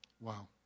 Wow